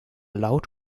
laut